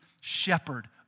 shepherd